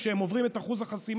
כשהם עוברים את אחוז החסימה,